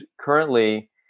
currently